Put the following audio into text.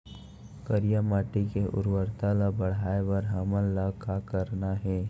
करिया माटी के उर्वरता ला बढ़ाए बर हमन ला का करना हे?